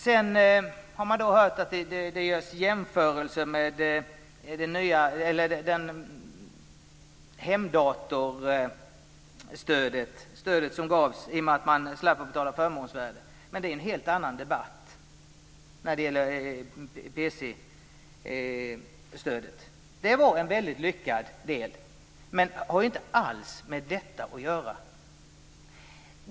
Sedan har man hört att det görs jämförelser med hemdatorstödet, dvs. det stöd som gavs i och med att man slapp betala förmånsvärde. Men PC-stödet är en helt annan debatt. Det var en lyckad del, men har inget alls med detta att göra.